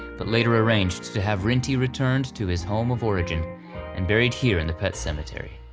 but later arranged to have rinty returned to his home of origin and buried here in the pet cemetery.